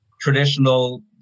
traditional